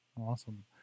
Awesome